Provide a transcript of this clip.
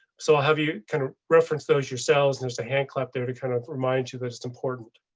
so have you kind of reference those yourselves. there's a hand clap there to kind of remind you that it's important.